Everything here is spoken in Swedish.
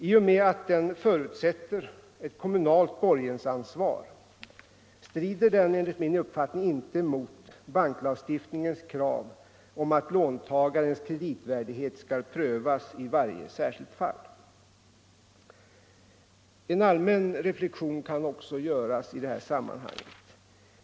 I och med att den förutsätter ett kommunalt borgensansvar strider den enligt min mening inte mot banklagstiftningens krav att låntagarens kreditvärdighet skall prövas i varje särskilt fall. En annan reflexion kan också göras i sammanhanget.